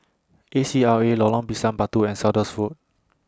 A C R A Lorong Pisang Batu and Saunders Road